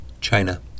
China